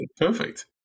perfect